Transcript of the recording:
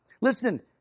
Listen